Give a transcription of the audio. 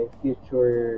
future